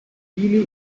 dili